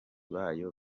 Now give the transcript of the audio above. bayo